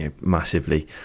massively